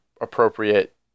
appropriate